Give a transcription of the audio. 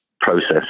process